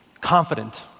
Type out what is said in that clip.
confident